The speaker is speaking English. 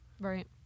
Right